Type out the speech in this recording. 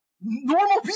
normal